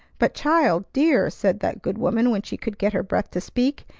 but child! dear! said that good woman when she could get her breath to speak.